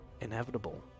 inevitable